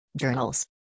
Journals